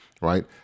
right